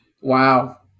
wow